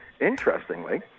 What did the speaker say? interestingly